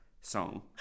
song